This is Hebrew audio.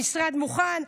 המשרד מוכן.